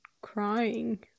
crying